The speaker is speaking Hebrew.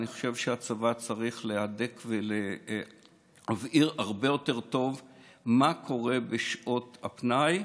אני חושב שהצבא צריך להדק ולהבהיר הרבה יותר טוב מה קורה בשעות הפנאי,